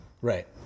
Right